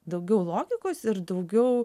daugiau logikos ir daugiau